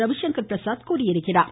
ரவிசங்கர் பிரசாத் தெரிவித்திருக்கிறார்